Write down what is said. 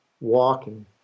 walking